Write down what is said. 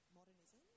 modernism